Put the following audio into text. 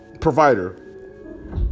provider